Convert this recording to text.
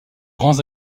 grands